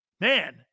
Man